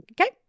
Okay